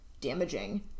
damaging